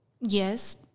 yes